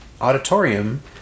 auditorium